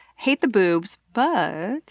hate the boobs, but